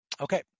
Okay